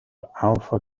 alpha